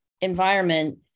environment